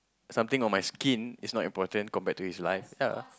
something on my skin is not important compared to his life ya